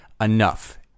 enough